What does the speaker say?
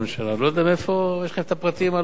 ואני לא יודע מאיפה יש לך הפרטים הלא-מדויקים.